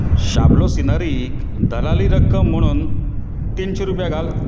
शाबलो सिनारीक दलाली रक्कम म्हणून तीनशीं रुपया घाल